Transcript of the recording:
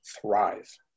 thrive